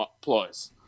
ploys